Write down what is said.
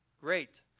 great